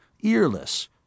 earless